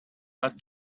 but